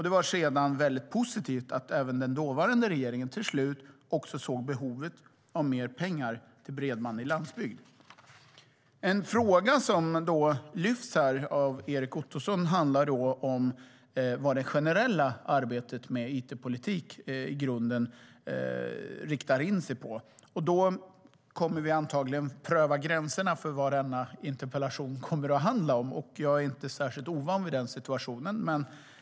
Det var sedan mycket positivt att även den dåvarande regeringen till slut såg behovet av mer pengar till bredband i landsbygd. En fråga som lyfts fram här av Erik Ottoson handlar om vad det generella arbetet med it-politik i grunden riktar in sig på. Då kommer vi antagligen att pröva gränserna för vad denna interpellation kommer att handla om, och jag är inte särskilt ovan vid denna situation.